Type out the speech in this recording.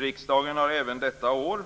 Riksdagen har även detta år,